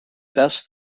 best